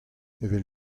evel